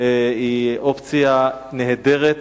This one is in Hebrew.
היא אופציה נהדרת,